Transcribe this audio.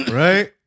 right